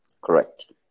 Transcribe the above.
Correct